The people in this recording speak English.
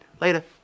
Later